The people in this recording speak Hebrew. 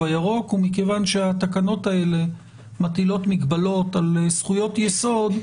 הירוק ומכיוון שהתקנות האלה מטילות מגבלות על זכויות יסוד,